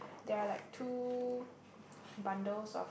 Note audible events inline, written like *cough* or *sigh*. there're like two *breath* bundles of